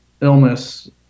illness